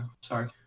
sorry